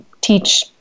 teach